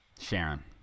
Sharon